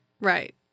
right